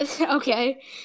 Okay